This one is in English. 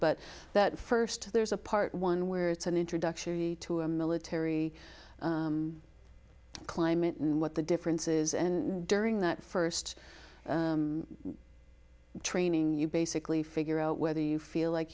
but that first there's a part one where it's an introduction to a military climate and what the differences and during that first training you basically figure out whether you feel like